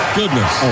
goodness